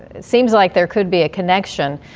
seems like there could be a connection.